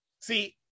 see